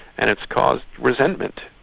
and it's caused resentment,